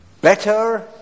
better